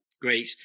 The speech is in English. great